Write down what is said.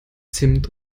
zimt